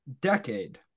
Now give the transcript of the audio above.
decade